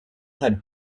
had